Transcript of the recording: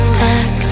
back